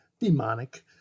demonic